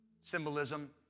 symbolism